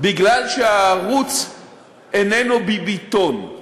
מכיוון שהערוץ איננו "ביביתון".